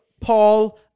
Paul